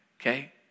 okay